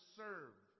serve